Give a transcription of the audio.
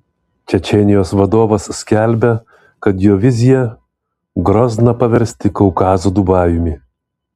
čečėnijos vadovas skelbia kad jo vizija grozną paversti kaukazo dubajumi